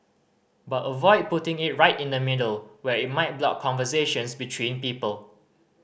but avoid putting it right in the middle where it might block conversations between people